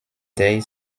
their